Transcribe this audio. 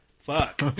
fuck